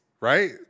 right